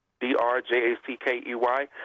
D-R-J-A-C-K-E-Y